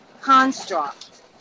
construct